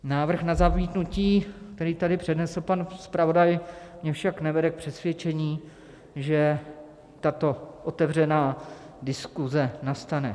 Návrh na zamítnutí, který tady přednesl pan zpravodaj, mě však nevede k přesvědčení, že tato otevřená diskuse nastane.